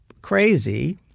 crazy